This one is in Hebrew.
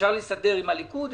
אפשר להסתדר עם הליכוד,